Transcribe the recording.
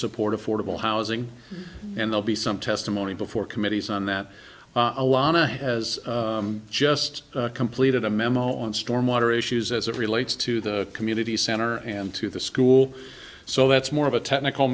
support affordable housing and they'll be some testimony before committees on that a lot a has just completed a memo on storm water issues as it relates to the community center and to the school so that's more of a technical